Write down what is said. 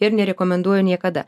ir nerekomenduoju niekada